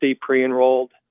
pre-enrolled